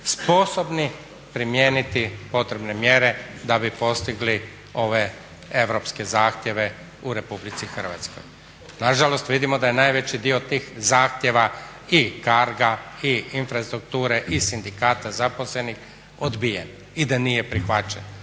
Hrvatskoj primijeniti potrebne mjere da bi postigli ove europske zahtjeve u Republici Hrvatskoj. Nažalost vidimo da je najveći dio tih zahtjeva i CARGO-a i infrastrukture i sindikata zaposlenih odbijen i da nije prihvaćen.